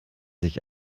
sich